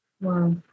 Wow